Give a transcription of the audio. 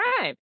right